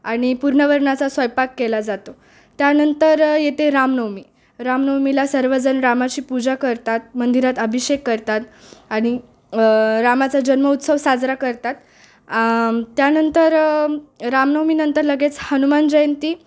आणि पूरणावरणाचा स्वयंपाक केला जातो त्यानंतर येते रामनवमी रामनवमीला सर्वजण रामाची पूजा करतात मंदिरात अभिषेक करतात आणि रामाचा जन्मोत्सव साजरा करतात त्यानंतर रामनवमीनंतर लगेच हनुमान जयंती